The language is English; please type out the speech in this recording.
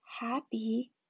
happy